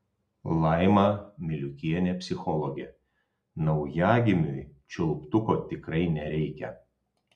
laima miliukienė psichologė naujagimiui čiulptuko tikrai nereikia